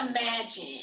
imagine